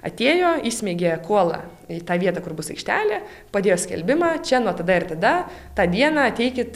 atėjo įsmeigė kuolą į tą vietą kur bus aikštelė padėjo skelbimą čia nuo tada ir tada tą dieną ateikit